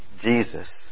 Jesus